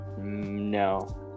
No